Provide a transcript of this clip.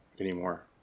anymore